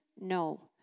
No